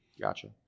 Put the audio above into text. Gotcha